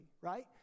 right